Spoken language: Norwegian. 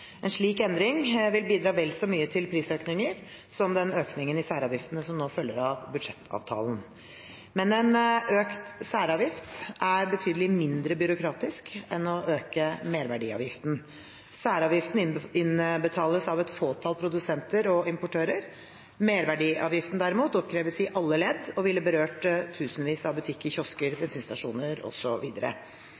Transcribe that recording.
En slik endring vil bidra vel så mye til prisøkninger som den økningen i særavgiftene som nå følger av budsjettavtalen. Men en økt særavgift er betydelig mindre byråkratisk enn å øke merverdiavgiften. Særavgiften innbetales av et fåtall produsenter og importører. Merverdiavgiften, derimot, oppkreves i alle ledd og ville berørt tusenvis av butikker, kiosker,